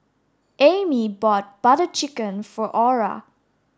Ami bought butter chicken for Aura